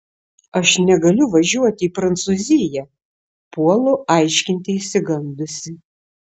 aš negaliu važiuoti į prancūziją puolu aiškinti išsigandusi